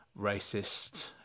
racist